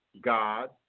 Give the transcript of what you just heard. God